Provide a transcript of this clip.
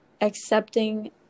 accepting